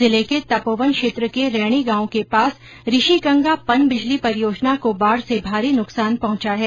जिले के तपोवन क्षेत्र के रैणी गांव के पास ऋषि गंगा पनबिजली परियोजना को बाढ से भारी नुकसान पहंचा है